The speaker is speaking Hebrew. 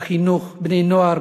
בחינוך בני-נוער,